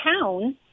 town